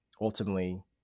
Ultimately